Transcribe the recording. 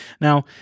Now